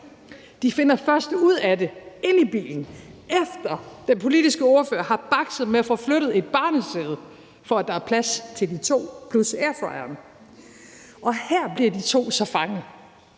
De finder først ud af det inde i bilen, efter at den politiske ordfører har bakset med at få flyttet et barnesæde, for at der er plads til de to plus airfryeren, og her bliver de to så fanget.